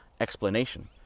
explanation